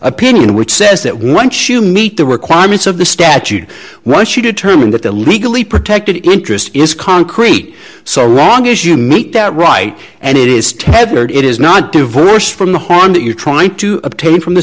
opinion which says that once you meet the requirements of the statute well she determined that the legally protected interest is concrete so wrong as you meet that right and it is tempered it is not divorced from the harm that you're trying to obtain from the